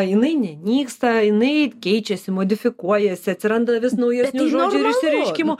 jinai nenyksta jinai keičiasi modifikuojasi atsiranda vis naujesnių žodžių ir išsireiškimų